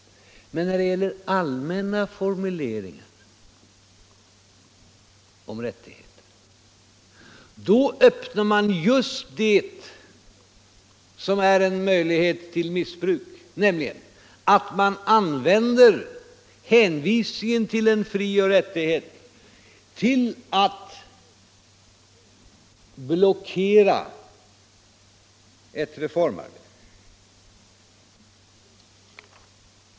Men när det gäller allmänna formuleringar om rättigheter öppnar man just möjligheterna till missbruk genom att använda hänvisningar till en frioch rättighet för att blockera ett reformarbete.